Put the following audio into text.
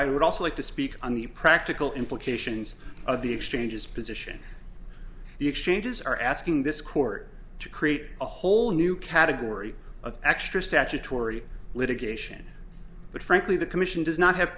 i would also like to speak on the practical implications of the exchanges position the exchanges are asking this court to create a whole new category of extra statutory litigation but frankly the commission does not have